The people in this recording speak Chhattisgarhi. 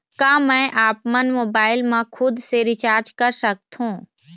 का मैं आपमन मोबाइल मा खुद से रिचार्ज कर सकथों?